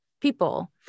people